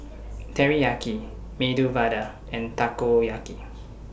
Teriyaki Medu Vada and Takoyaki